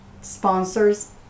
sponsors